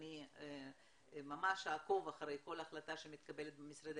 ואני ממש אעקוב אחרי כל החלטה שמתקבלת במשרדי